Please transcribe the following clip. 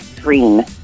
green